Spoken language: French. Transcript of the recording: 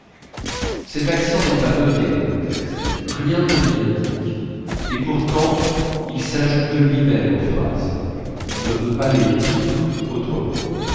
cet accent n'est pas noté dans le texte rien ne l'y indique et pourtant il s'ajoute de lui-même aux phrases on ne peut pas les dire autrement